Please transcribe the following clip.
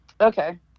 okay